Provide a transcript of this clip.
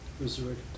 resurrect